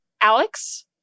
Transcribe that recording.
Alex